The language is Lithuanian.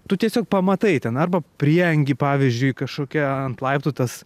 tu tiesiog pamatai ten arba prieangy pavyzdžiui kažkokia ant laiptų tas